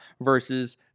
versus